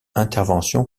intervention